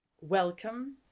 Welcome